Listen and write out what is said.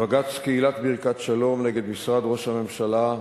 בבג"ץ קריית-שלום נגד משרד ראש הממשלה,